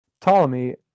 Ptolemy